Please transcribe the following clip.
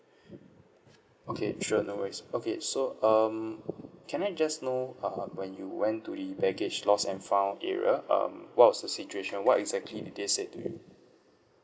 okay sure no worries so um can I just know uh when you went to a baggage lost and found area um what was the situation what exactly they said to you